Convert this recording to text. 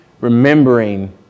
remembering